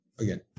Again